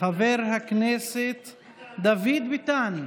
חבר הכנסת דוד ביטן.